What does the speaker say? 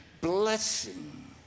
blessing